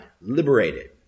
liberated